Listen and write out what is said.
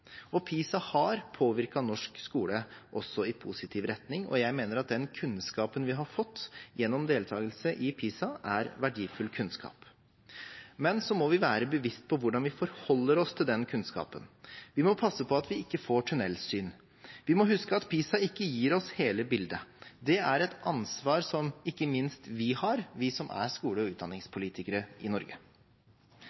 og PISA har påvirket norsk skole også i positiv retning. Jeg mener at den kunnskapen vi har fått gjennom deltakelse i PISA, er verdifull kunnskap, men så må vi være bevisst på hvordan vi forholder oss til den kunnskapen. Vi må passe på at vi ikke får tunnelsyn, og vi må huske at PISA ikke gir oss hele bildet. Det er et ansvar som ikke minst vi har, vi som er skole- og